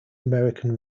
american